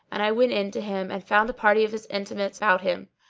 and i went in to him and found a party of his intimates about him.